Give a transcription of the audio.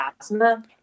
asthma